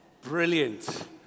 Brilliant